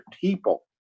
people